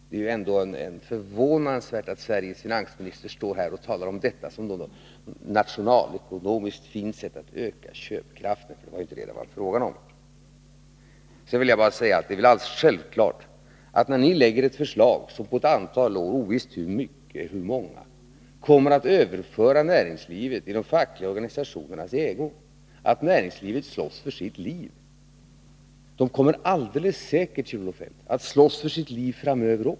Det är förvånansvärt att Sveriges finansminister här talar om detta som en nationalekonomisk åtgärd syftande till att öka köpkraften — det är inte det som det har varit fråga om. Jag vill också bara säga att det är självklart att näringslivet, om det läggs fram ett förslag som innebär att näringslivet på ett antal år — ovisst hur många — kommer att överföras i de fackliga organisationernas ägo, då slåss för sitt liv. Det kommer alldeles säkert, Kjell-Olof Feldt, att slåss för sitt liv också framöver.